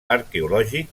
arqueològic